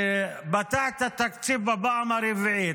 שפתח את התקציב בפעם הרביעית,